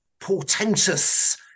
portentous